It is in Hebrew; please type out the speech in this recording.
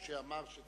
ב-09:50, אמרו לי.